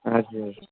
हजुर